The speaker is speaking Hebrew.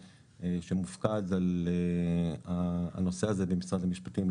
שמופקד על הנושא הזה במשרד המשפטים,